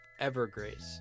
Evergrace